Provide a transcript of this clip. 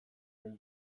leiho